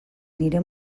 nire